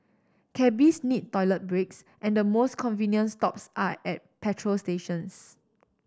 cabbies need toilet breaks and the most convenient stops are at petrol stations